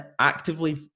actively